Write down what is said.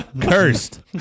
Cursed